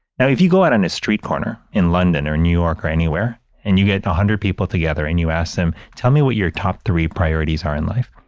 now, if you go out on a street corner in london or new york or anywhere and you get a hundred people together and you ask them, tell me what your top three priorities are in life,